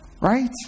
Right